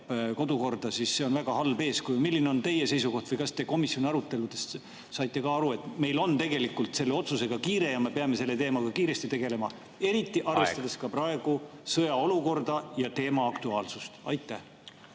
kodukorda, siis see on väga halb eeskuju. Milline on teie seisukoht? Või kas te komisjoni aruteludest saite ka aru, et meil on tegelikult selle otsusega kiire ja me peame selle teemaga kiiresti tegelema … Aeg! … eriti arvestades ka praegu sõjaolukorda ja teema aktuaalsust?